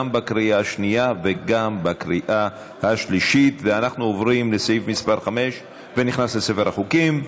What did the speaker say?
גם בקריאה השנייה וגם בקריאה השלישית ותיכנס לספר החוקים.